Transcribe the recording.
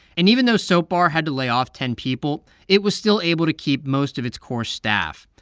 and even though soap bar had to lay off ten people, it was still able to keep most of its core staff.